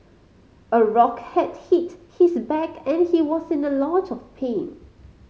a rock had hit his back and he was in a lot of pain